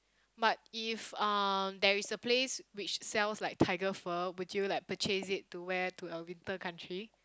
but if um there is a place which sells like tiger fur would you like purchase it wear to a winter country